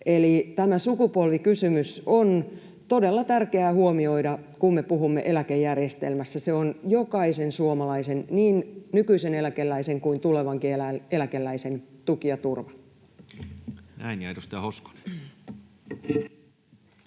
Eli tämä sukupolvikysymys on todella tärkeää huomioida, kun me puhumme eläkejärjestelmästä. Se on jokaisen suomalaisen, niin nykyisen eläkeläisen kuin tulevankin eläkeläisen, tuki ja turva. [Speech 21] Speaker: